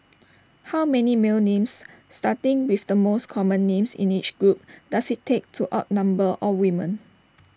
how many male names starting with the most common names in each group does IT take to outnumber all women